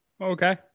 Okay